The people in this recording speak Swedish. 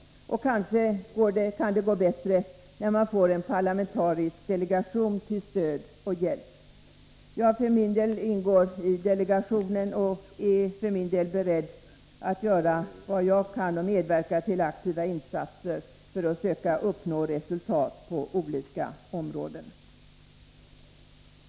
Kanske kan det gå bättre när man får en parlamentarisk delegation till stöd och hjälp. Jag ingår i delegationen och är för min del beredd att göra vad jag kan för att medverka till aktiva insatser för att försöka uppnå resultat på olika områden.